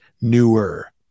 newer